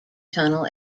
tunnel